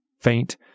faint